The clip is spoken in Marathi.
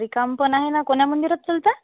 रिकामं पण आहे ना कोणत्या मंदिरात चलताय